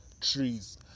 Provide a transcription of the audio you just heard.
trees